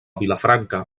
vilafranca